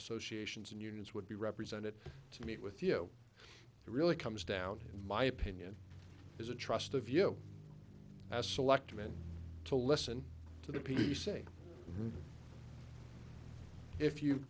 associations and unions would be represented to meet with you it really comes down to my opinion is a trust of you as a selectman to listen to the p c if you